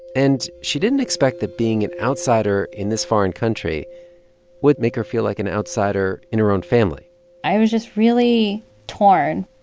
and she didn't expect that being an outsider in this foreign country would make her feel like an outsider in her own family i was just really torn,